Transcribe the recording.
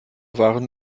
waren